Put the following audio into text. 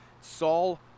Saul